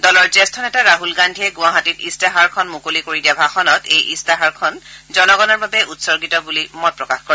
দলৰ জ্যেষ্ঠ নেতা ৰাহুল গান্ধীয়ে গুৱাহাটীত ইস্তাহাৰখন মুকলি কৰি দিয়া ভাষণত এই ইস্তাহাৰখন জনগণৰ বাবে উৎসৰ্গিত বুলি মত প্ৰকাশ কৰে